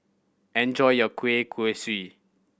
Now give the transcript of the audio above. enjoy your kueh kosui